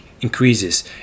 increases